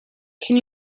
can